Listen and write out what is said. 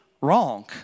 wrong